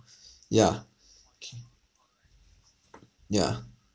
yeah okay yeah